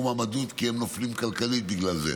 מועמדות כי הם נופלים כלכלית בגלל זה.